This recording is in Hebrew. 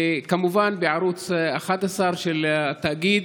כמובן בערוץ 11 של התאגיד.